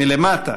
מלמטה,